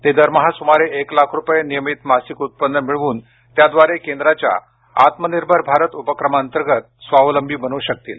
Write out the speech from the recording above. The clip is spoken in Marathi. ते दरमहा सुमारे एक लाख रुपये नियमित मासिक उत्पन्न मिळवून त्याद्वारे केंद्राच्या आत्मनिर्भर भारत उपक्रमांतर्गत स्वावलंबी बनू शकतील